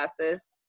classes